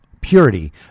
purity